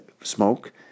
smoke